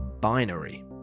binary